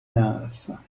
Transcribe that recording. nymphes